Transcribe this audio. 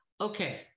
okay